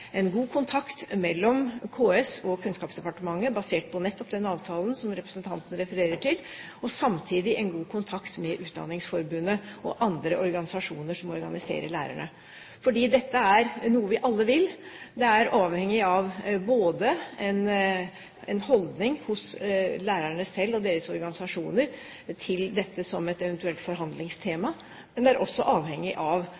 god kontakt mellom KS og Kunnskapsdepartementet, basert på nettopp den avtalen som representanten refererer til, samtidig som det er god kontakt mellom Utdanningsforbundet og andre lærerorganisasjoner. Dette er noe vi alle vil. Det er avhengig av den holdningen lærerne selv og deres organisasjoner har til dette som et eventuelt forhandlingstema, men det er også avhengig av